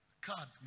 card